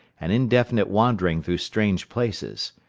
and indefinite wandering through strange places.